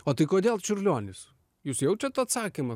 o tai kodėl čiurlionis jūs jaučiat atsakymą